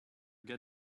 gars